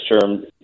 term